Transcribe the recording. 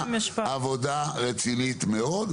עבודה רצינית מאוד.